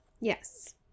Yes